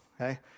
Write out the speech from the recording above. okay